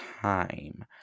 time